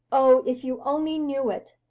o, if you only knew it,